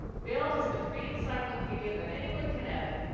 built as the free encyclopedia that anyone can edit,